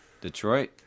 Detroit